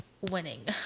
Winning